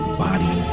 body